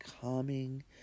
calming